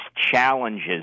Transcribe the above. challenges